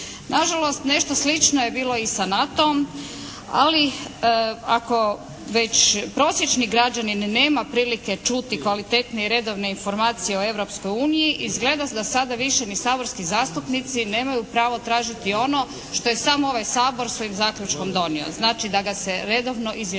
Na žalost nešto slično je bilo i sa NATO-om, ali ako već prosječni građanin nema prilike čuti kvalitetnije redovne informacije o Europskoj uniji izgleda da sada više ni saborski zastupnici nemaju pravo tražiti ono što je sam ovaj Sabor svojim zaključkom donio, znači da ga se redovno izvještava.